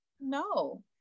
no